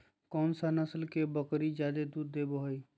कौन सा नस्ल के बकरी जादे दूध देबो हइ?